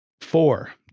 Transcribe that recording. Four